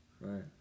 Right